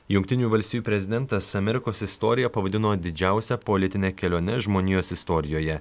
jungtinių valstijų prezidentas amerikos istoriją pavadino didžiausia politine kelione žmonijos istorijoje